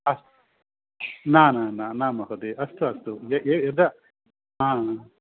अस्तु न न न न महोदय अस्तु अस्तु य य यदा